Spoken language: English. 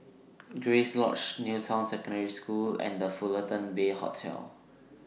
Grace Lodge New Town Secondary School and The Fullerton Bay Hotel